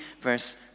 verse